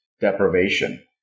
deprivation